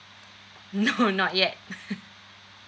no not yet